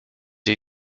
jej